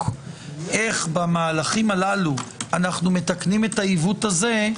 איך במהלכים הללו אנו מתקנים את העיוות הזה,